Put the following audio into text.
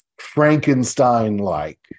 Frankenstein-like